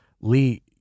Lee